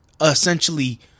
essentially